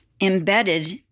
embedded